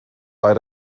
bei